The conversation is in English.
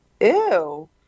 Ew